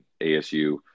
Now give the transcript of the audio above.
ASU